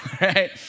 right